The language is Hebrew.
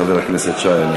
חבר הכנסת שי.